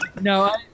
No